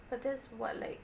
but just what like